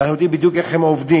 ואנחנו יודעים בדיוק איך הם עובדים.